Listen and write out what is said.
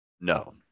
No